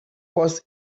was